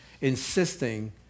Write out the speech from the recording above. insisting